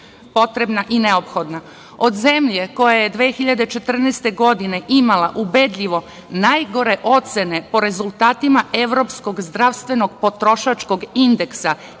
potrebna i neophodna. Od zemlje koja je 2014. godine imala ubedljivo najgore ocene po rezultatima Evropskog zdravstvenog potrošačkog indeksa